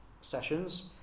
sessions